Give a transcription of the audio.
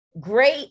great